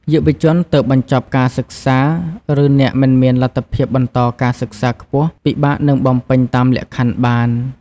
យុវជនទើបបញ្ចប់ការសិក្សា ឬអ្នកមិនមានលទ្ធភាពបន្តការសិក្សាខ្ពស់ ពិបាកនឹងបំពេញតាមលក្ខខណ្ឌបាន។